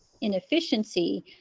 inefficiency